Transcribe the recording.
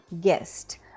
guest